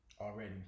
already